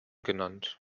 genannt